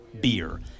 beer